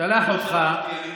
שלח אותך.